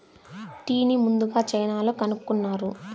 టీని ముందుగ చైనాలో కనుక్కున్నారు